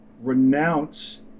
renounce